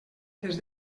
des